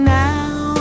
now